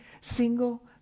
single